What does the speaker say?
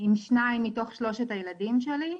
עם שניים מתוך שלושת הילדים שלי.